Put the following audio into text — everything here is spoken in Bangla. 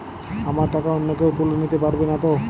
আমার টাকা অন্য কেউ তুলে নিতে পারবে নাতো?